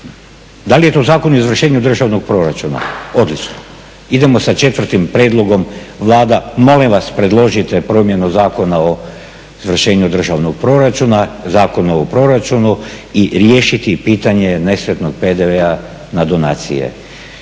Da li je to Zakon o izvršenju državnog proračuna? odlično. Idemo sa 4.prijedlogom Vlada molim vas predložite promjenu Zakona o izvršenju državnog proračuna, Zakon o proračunu i riješiti pitanje nesretnog PDV-a na donacije.